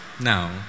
now